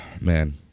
Man